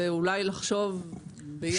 ואולי לחשוב ביחד.